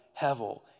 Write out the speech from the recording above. hevel